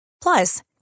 Plus